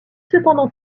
cependant